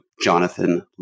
Jonathan